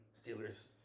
Steelers